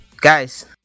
Guys